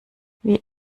wie